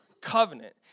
covenant